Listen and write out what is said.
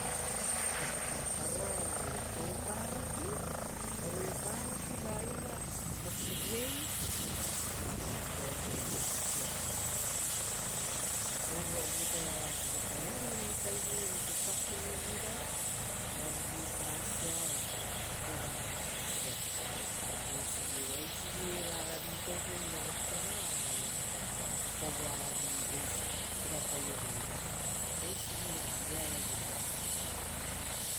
Topekakavo a eva. Oire toupavoki, ovoiopa voki aueiava voki viei ari rotupa vokia eva ora evo votaia ora gurupaioveira ita igei rutu takuvuvira, variripasia ora earera pasia. Eisivi uva eisi evara toupaiveira vokiara oarai kovoaravi purapaioveira.